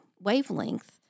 wavelength